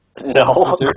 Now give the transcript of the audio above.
No